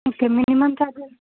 okay minimum charges